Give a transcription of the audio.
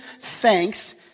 thanks